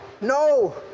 No